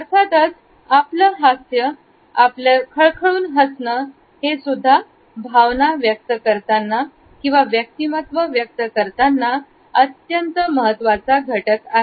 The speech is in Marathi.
अर्थातच आपलं स्मितहास्य आपल्या खळखळून हसणं हेसुद्धा भावना व्यक्त करताना किंवा व्यक्तिमत्व व्यक्त करताना अत्यंत महत्त्वाचा आहे